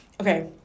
Okay